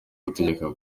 gutegeka